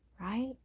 Right